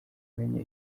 umenye